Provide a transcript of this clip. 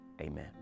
amen